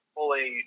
fully –